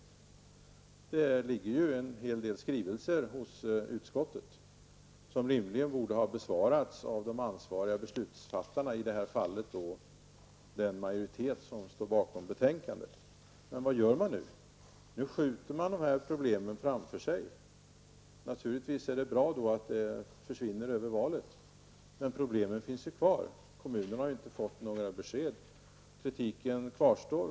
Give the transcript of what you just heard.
Det ligger ju en hel del skrivelser hos utskottet, som rimligen borde ha besvarats av de ansvariga beslutsfattarna, i det här fallet den majoritet som står bakom betänkandet. Men vad gör man nu? Jo, man skjuter problemen framför sig. Det är naturligtvis bra att problemen försvinner över valet, men de finns ju ändå kvar. Kommunerna har inte fått några besked. Kritiken kvarstår.